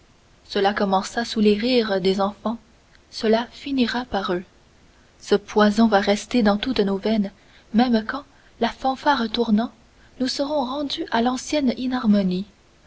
cela commença sous les rires des enfants cela finira par eux ce poison va rester dans toutes nos veines même quand la fanfare tournant nous serons rendu à l'ancienne